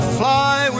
fly